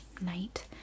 night